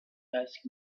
ask